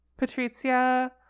Patrizia